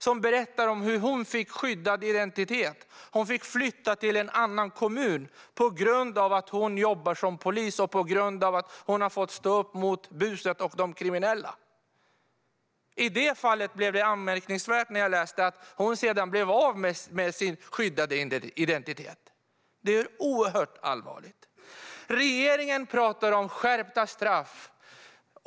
Hon berättar hur hon fick skyddad identitet och fick flytta till en annan kommun på grund av att hon jobbar som polis och på grund av att hon har stått upp mot buset och de kriminella. Det är anmärkningsvärt att hon sedan blev av med sin skyddade identitet. Det är oerhört allvarligt. Regeringen talar om skärpta straff.